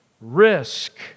risk